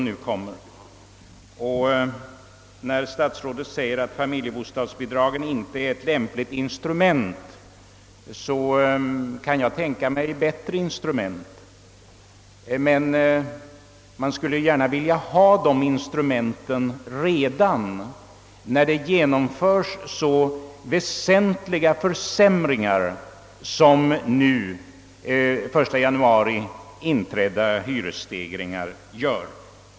När herr statsrådet säger att familjebostadsbidragen inte är ett lämpligt instrument, vill jag säga att jag kan tänka mig bättre sådana, men man skulle dock gärna vilja ha dessa instrument redan vid genomförandet av så väsentliga försämringar som inträffar genom hyresstegringarna från och med 1 januari 1967.